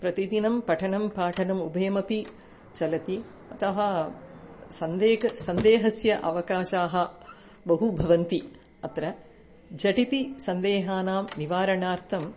प्रतिदिनं पठनं पाठनम् उभयमपि चलति अतः सन्देहः सन्देहस्य अवकाशाः बहु भवन्ति अत्र झटिति सन्देहानां निवारणार्थम्